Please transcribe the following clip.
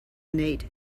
nate